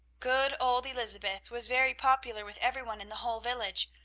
good old elizabeth was very popular with every one in the whole village,